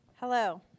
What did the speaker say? Hello